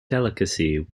delicacy